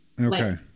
Okay